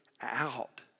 out